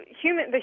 human